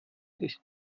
ist